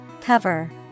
Cover